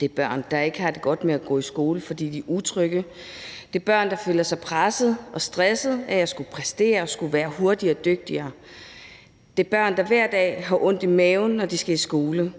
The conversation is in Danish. Det er børn, der ikke har det godt med at gå i skole, fordi de er utrygge. Det er børn, der føler sig presset og stresset over at skulle præstere, at skulle være hurtigere og dygtigere. Det er børn, der hver dag har ondt i maven, når de skal i skole.